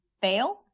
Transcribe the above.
fail